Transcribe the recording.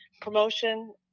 promotion